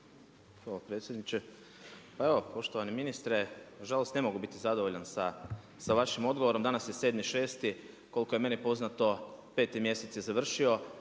Hvala predsjedniče. Pa evo poštovani ministra, nažalost ne mogu biti zadovoljan sa vašim odgovorom. Danas je 7.6., koliko je meni poznato peti mjesec je završio,